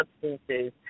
substances